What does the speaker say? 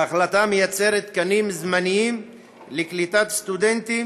ההחלטה יוצרת תקנים זמניים לקליטת סטודנטים